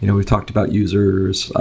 you know we talked about users.